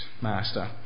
master